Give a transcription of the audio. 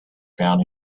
found